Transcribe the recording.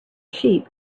sheep